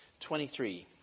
23